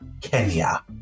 Kenya